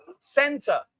center